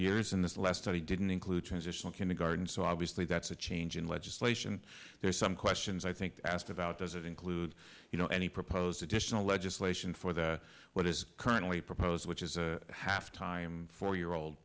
years and this last study didn't include transitional kindergarten so obviously that's a change in legislation there's some questions i think asked about does it include you know any proposed additional legislation for the what is currently proposed which is a half time four year old